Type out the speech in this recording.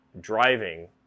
driving